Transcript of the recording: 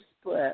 split